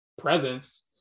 presence